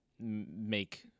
make